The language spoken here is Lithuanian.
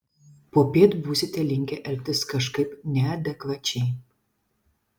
popiet būsite linkę elgtis kažkaip neadekvačiai